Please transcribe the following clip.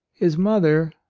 his mother,